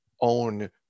own